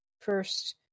first